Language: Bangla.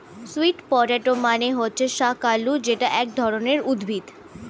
সুইট পটেটো মানে হচ্ছে শাকালু যেটা এক ধরনের উদ্ভিদ